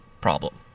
problem